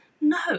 No